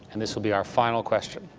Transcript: and this will be our final question.